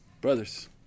Brothers